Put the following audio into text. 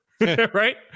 Right